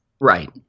Right